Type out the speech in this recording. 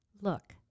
look